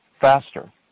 faster